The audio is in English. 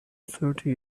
thirty